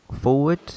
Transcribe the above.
forward